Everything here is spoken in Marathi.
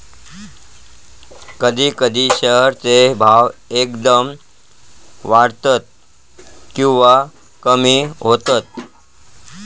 कधी कधी शेअर चे भाव एकदम वाढतत किंवा कमी होतत